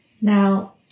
Now